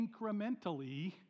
incrementally